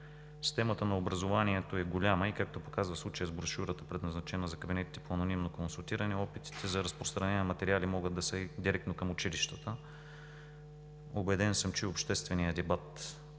Системата на образованието е голяма и както показва случая с брошурата, предназначена за кабинетите по анонимно консултиране, опитите за разпространение на материали могат да са и директно към училищата. Убеден съм, че и общественият дебат,